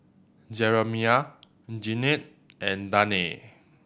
Jeramiah Jennette and Danae